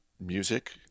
music